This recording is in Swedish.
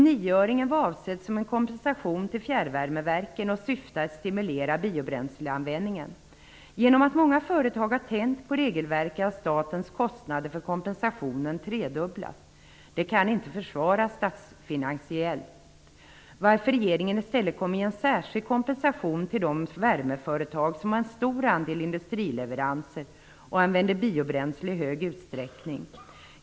Nioöringen var avsedd som en kompensation till fjärrvärmeverken och syftade till att stimulera biobränsleanvändningen. Genom att många företag har tänjt på regelverket har statens kostnader för kompensationen tredubblats. Det kan inte försvaras statsfinansiellt, varför regeringen i stället kommer med en särskild kompensation till de värmeföretag som har en stor andel industrileveranser och som i stor utsträckning använder biobränslen.